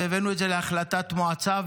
והבאנו את זה להחלטת מועצה,